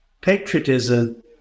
Patriotism